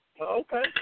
Okay